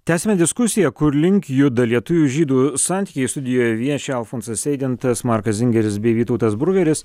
tęsiame diskusiją kur link juda lietuvių žydų santykiai sudijoje vieši alfonsas eidintas markas zingeris bei vytautas bruveris